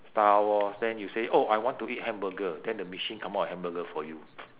star wars then you say oh I want to eat hamburger then the machine come out a hamburger for you